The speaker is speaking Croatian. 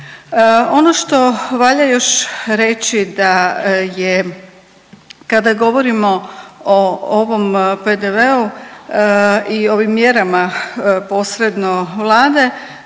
Ono što valja još reći da je kada govorimo o ovom PDV-u i ovim mjerama posredno Vlade